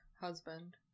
husband